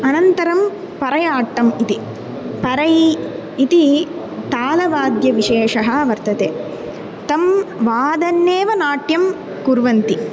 अनन्तरं परयाट्टम् इति परै इति तालवाद्यविशेषः वर्तते तं वादन्येव नाट्यं कुर्वन्ति